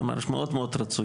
הוא אמר שזה מאוד מאוד רצוי.